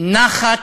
ובנחת,